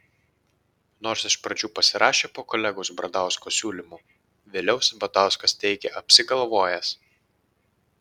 nors iš pradžių pasirašė po kolegos bradausko siūlymu vėliau sabatauskas teigė apsigalvojęs